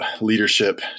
leadership